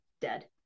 dead